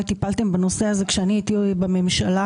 טיפלתם בנושא הזה כשאני הייתי בממשלה.